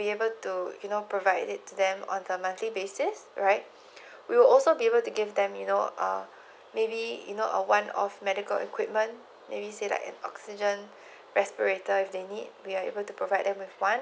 be able to you know to provide it for them on a monthly basis right we will also be able to give them you know uh maybe you know a one off medical equipment maybe say like an oxygen respirator if they need we are able to provide them with one